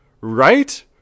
Right